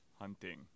hunting